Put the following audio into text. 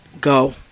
go